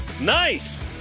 nice